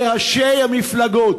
לראשי המפלגות: